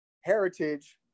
heritage